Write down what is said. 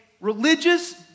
religious